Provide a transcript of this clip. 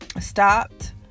stopped